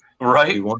Right